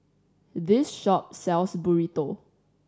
this shop sells Burrito